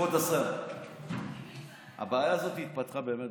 הגיעה עכשיו, היא לא הייתה לפני כן,